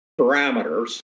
parameters